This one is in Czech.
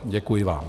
Děkuji vám.